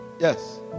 yes